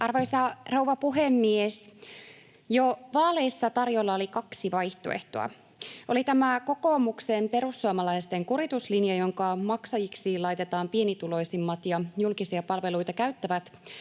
Arvoisa rouva puhemies! Jo vaaleissa tarjolla oli kaksi vaihtoehtoa: oli tämä kokoomuksen—perussuomalaisten kurituslinja, jonka maksajiksi laitetaan pienituloisimmat ja julkisia palveluita käyttävät,